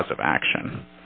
cause of action